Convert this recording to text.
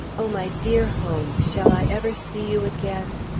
oh, my dear home! shall i ever see you again?